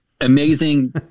Amazing